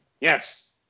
Yes